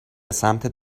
سمتت